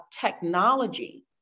technology